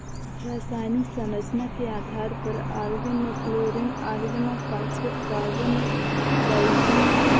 रासायनिक संरचना के आधार पर ऑर्गेनोक्लोरीन ऑर्गेनोफॉस्फेट कार्बोनेट ट्राइजीन है